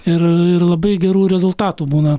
ir ir labai gerų rezultatų būna